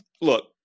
Look